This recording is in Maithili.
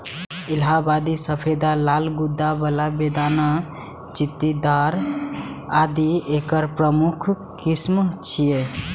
इलाहाबादी सफेदा, लाल गूद्दा बला, बेदाना, चित्तीदार आदि एकर प्रमुख किस्म छियै